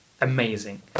amazing